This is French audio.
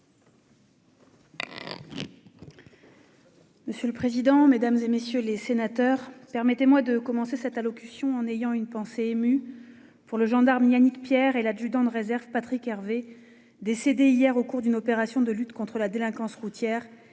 Monsieur le président, mesdames, messieurs les sénateurs, avant tout, permettez-moi d'avoir une pensée émue pour le gendarme Yannick Pierre et l'adjudant de réserve Patrick Hervé, décédés hier au cours d'une opération de lutte contre la délinquance routière,